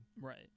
Right